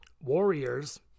Warriors